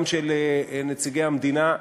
גם של נציגי המדינה,